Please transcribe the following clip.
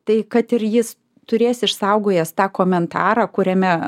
tai kad ir jis turės išsaugojęs tą komentarą kuriame